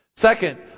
Second